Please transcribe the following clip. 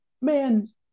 man